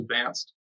advanced